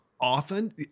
often